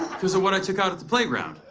because of what i took out at the playground.